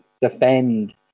defend